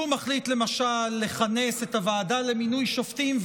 מחליט למשל לכנס את הוועדה למינוי שופטים,